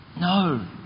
No